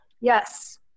Yes